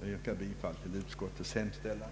Jag yrkar bifall till utskottets hemställan.